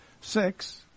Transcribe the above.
Six